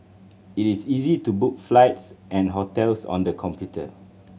it is easy to book flights and hotels on the computer